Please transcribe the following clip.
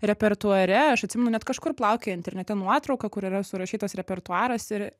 repertuare aš atsimenu net kažkur plaukioja internete nuotrauka kur yra surašytas repertuaras ir